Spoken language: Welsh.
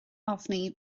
ofni